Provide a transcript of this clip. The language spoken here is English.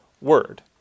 word